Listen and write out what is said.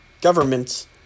Governments